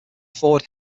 forward